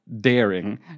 daring